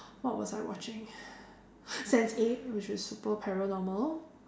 what was I watching sense eight which is super paranormal